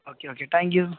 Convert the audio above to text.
okay okay thank you